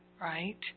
Right